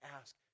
ask